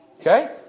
Okay